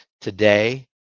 today